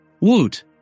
Woot